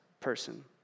person